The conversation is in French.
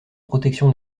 protection